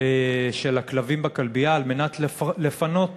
של הכלבים בכלבייה על מנת לפנות